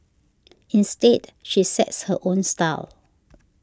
instead she sets her own style